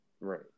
right